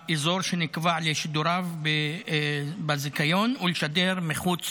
האזור שנקבע לשידוריו בזיכיון, לשדר מחוץ